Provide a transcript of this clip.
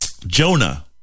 Jonah